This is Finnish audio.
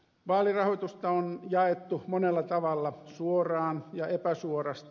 vaalirahoitusta on jaettu monella tavalla suoraan ja epäsuorasti